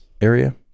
area